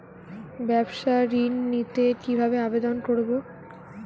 ব্যাবসা ঋণ নিতে কিভাবে আবেদন করব?